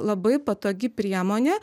labai patogi priemonė